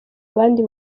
abandi